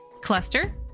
Cluster